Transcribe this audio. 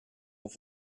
auf